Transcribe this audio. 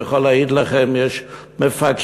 אני יכול להעיד לכם: יש מפקחים,